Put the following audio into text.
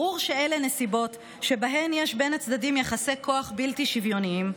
ברור שאלה נסיבות שבהן יש בין הצדדים יחסי כוח בלתי שוויוניים,